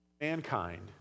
mankind